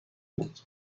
بود